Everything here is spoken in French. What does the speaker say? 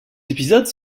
épisodes